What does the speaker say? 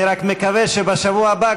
אני רק מקווה שבשבוע הבא,